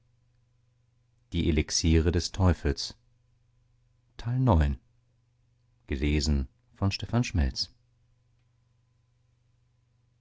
blendwerk des teufels